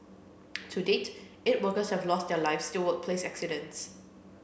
to date eight workers have lost their lives to workplace accidents